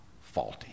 faulty